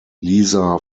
lisa